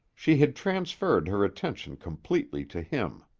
she had transferred her attention completely to him.